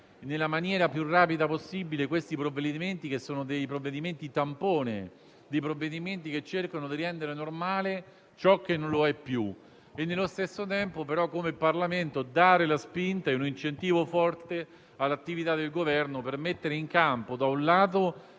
nella maniera più rapida possibile questi che sono dei provvedimenti tampone, che cercano di rendere normale ciò che non lo è più; nello stesso tempo, però, come Parlamento dobbiamo dare la spinta e un incentivo forte all'attività del Governo per mettere in campo altri